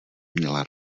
měla